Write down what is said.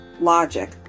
logic